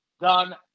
done